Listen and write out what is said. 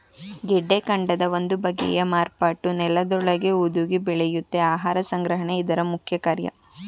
ಗೆಡ್ಡೆಕಾಂಡದ ಒಂದು ಬಗೆಯ ಮಾರ್ಪಾಟು ನೆಲದೊಳಗೇ ಹುದುಗಿ ಬೆಳೆಯುತ್ತೆ ಆಹಾರ ಸಂಗ್ರಹಣೆ ಇದ್ರ ಮುಖ್ಯಕಾರ್ಯ